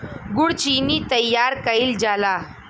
गुड़ चीनी तइयार कइल जाला